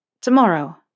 Tomorrow